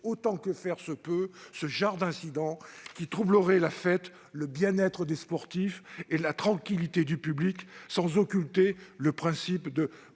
autant que faire se peut, des incidents de ce genre, qui troubleraient la fête, le bien-être des sportifs et la tranquillité du public, sans occulter le principe de